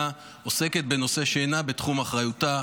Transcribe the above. עוסקת בנושא שאינו בתחום אחריותה.